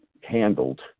handled